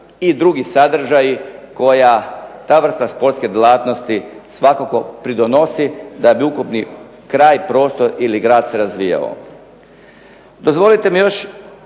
i drugi sadržaji koja ta vrsta sportske djelatnosti svakako pridonosi da bi ukupni kraj, prostor ili grad se razvijao. Dozvolite mi još